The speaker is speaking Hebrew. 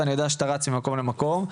ואני יודע שאתה רץ ממקום למקום.